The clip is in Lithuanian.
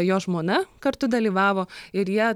jo žmona kartu dalyvavo ir jie